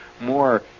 more